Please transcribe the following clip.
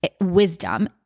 wisdom